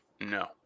No